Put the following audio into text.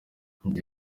ndi